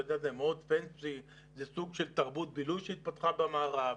זה מאוד פנסי, זה סוג של תרבות שהתפתחה במערב,